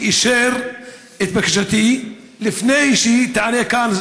אישר את בקשתי לפני שהיא עלתה כאן.